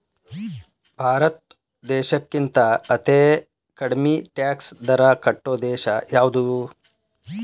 ಭಾರತ್ ದೇಶಕ್ಕಿಂತಾ ಅತೇ ಕಡ್ಮಿ ಟ್ಯಾಕ್ಸ್ ದರಾ ಕಟ್ಟೊ ದೇಶಾ ಯಾವ್ದು?